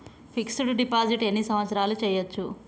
Fix డ్ deposit ఎన్ని సంవత్సరాలు చేయచ్చు?